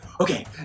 okay